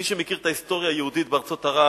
מי שמכיר את ההיסטוריה היהודית בארצות ערב